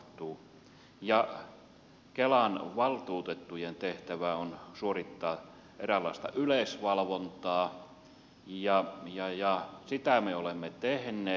ja kelan valtuutettujen tehtävä on suorittaa eräänlaista yleisvalvontaa ja sitä me olemme tehneet